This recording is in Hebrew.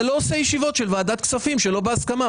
לא עושה ישיבות של ועדת הכספים שלא בהסכמה.